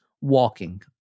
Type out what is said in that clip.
walking